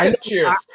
Cheers